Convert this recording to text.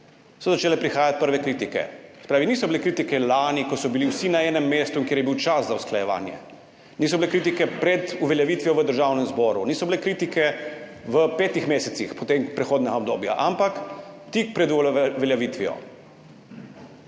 so začele prihajati prve kritike. Se pravi, niso bile kritike lani, ko so bili vsi na enem mestu in kjer je bil čas za usklajevanje, niso bile kritike pred uveljavitvijo v Državnem zboru, niso bile kritike v petih mesecih potem prehodnega obdobja, ampak tik pred uveljavitvijo.